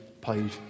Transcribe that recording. paid